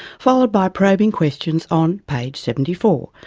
followed by probing questions on page seventy four,